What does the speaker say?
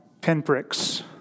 pinpricks